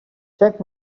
check